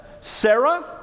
Sarah